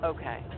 Okay